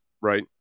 Right